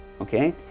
Okay